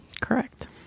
Correct